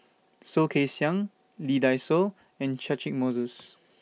Soh Kay Siang Lee Dai Soh and Catchick Moses